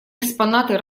экспонаты